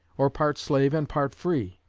or part slave and part free.